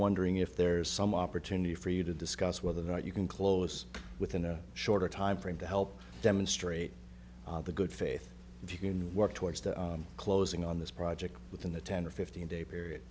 wondering if there is some opportunity for you to discuss whether or not you can close within a shorter timeframe to help demonstrate the good faith if you can work towards closing on this project within the ten or fifteen day period